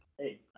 hey